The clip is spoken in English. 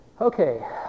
Okay